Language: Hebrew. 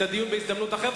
את הדיון בהזדמנות אחרת.